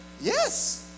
yes